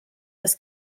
das